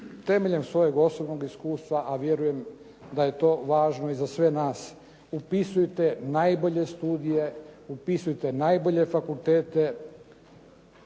temeljem svojeg osobnog iskustva a vjerujem da je to važno i za sve nas upisujte najbolje studije, upisujte najbolje fakultete,